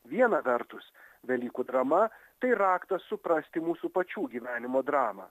viena vertus velykų drama tai raktas suprasti mūsų pačių gyvenimo dramą